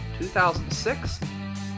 2006